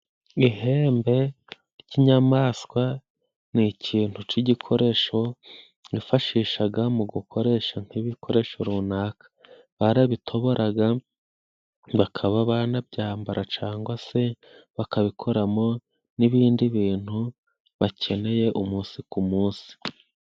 Ihembe ry'inyamaswa: ni ikintu cy'igikoresho yifashishaga mu gukoresha nk'ibikoresho runaka, barabitoboraga bakaba banabyambara cyangwa se bakabikoramo n'ibindi bintu bakeneye umunsi ku munsi.